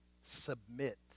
Submit